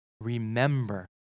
Remember